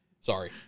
sorry